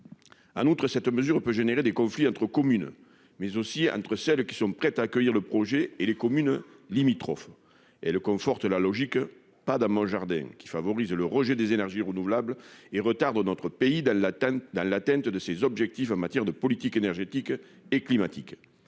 En outre, cette mesure peut engendrer des conflits entre les communes qui sont prêtes à accueillir le projet et les communes limitrophes. Elle conforte la logique « pas dans mon jardin », qui favorise le rejet des énergies renouvelables et retarde notre pays dans l'atteinte de ses objectifs en matière de politique énergétique et climatique.